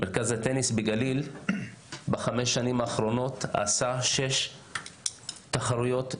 מרכז הטניס בגליל בחמש השנים האחרונות עשה שש תחרויות בינלאומיות.